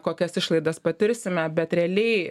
kokias išlaidas patirsime bet realiai